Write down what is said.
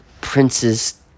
Prince's